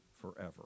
forever